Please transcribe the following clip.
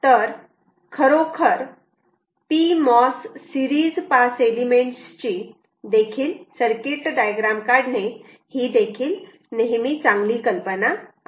तर खरोखर Pmos series pass elements ची देखील सर्किट डायग्राम काढणे नेहमी चांगली कल्पना आहे